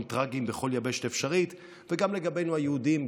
טרגיים בכל יבשת אפשרית וגם לגבינו היהודים,